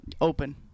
Open